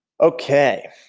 Okay